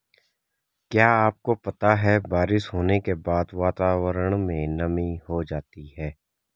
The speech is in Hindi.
क्या आपको पता है बारिश होने के बाद वातावरण में नमी हो जाती है?